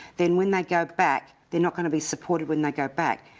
then, when they go back, they're not gonna be supported when they go back.